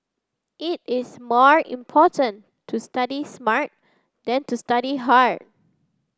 it is more important to study smart than to study hard